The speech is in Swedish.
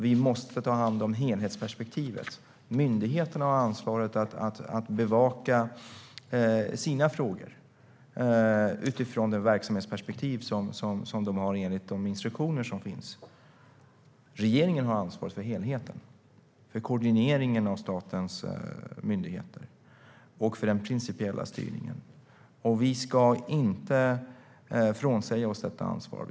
Vi måste ta hand om helhetsperspektivet. Myndigheterna har ansvaret för att bevaka sina frågor utifrån det verksamhetsperspektiv de har enligt sina instruktioner. Regeringen har ansvar för helheten, för koordineringen av statens myndigheter och för den principiella styrningen. Vi ska inte frånsäga oss detta ansvar.